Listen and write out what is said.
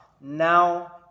now